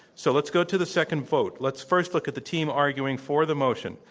so let's go to the second vote. let's first look at the team arguing for the motion.